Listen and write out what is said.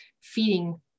feeding